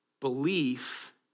belief